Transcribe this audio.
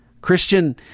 Christian